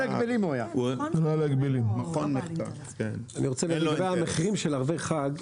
אני רוצה להגיד, לגבי המחירים של ערבי חג,